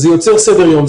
זה יוצר סדר יום,